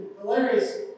hilarious